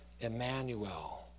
Emmanuel